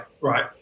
Right